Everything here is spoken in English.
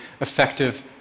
effective